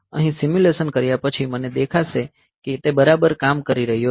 અહીં સિમ્યુલેશન કર્યા પછી મને દેખાશે કે તે બરાબર કામ કરી રહ્યું છે